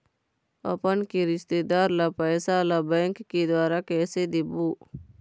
अपन के रिश्तेदार ला पैसा ला बैंक के द्वारा कैसे देबो?